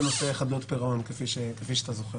ברשותך.